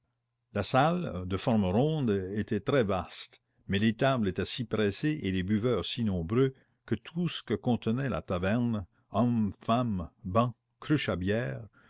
la salle de forme ronde était très vaste mais les tables étaient si pressées et les buveurs si nombreux que tout ce que contenait la taverne hommes femmes bancs cruches à bière